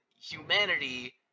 humanity